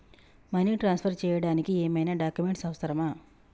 Money transfer చేయడానికి ఏమైనా documents అవసరమా?